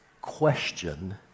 question